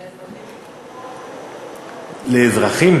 ולאזרחים?